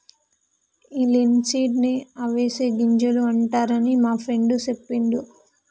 ఈ లిన్సీడ్స్ నే అవిసె గింజలు అంటారని మా ఫ్రెండు సెప్పిండు